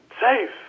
safe